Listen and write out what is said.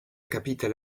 capitale